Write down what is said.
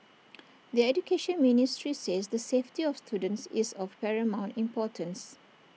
the Education Ministry says the safety of students is of paramount importance